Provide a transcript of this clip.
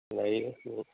ꯂꯩꯌꯦ ꯑꯗꯨꯝ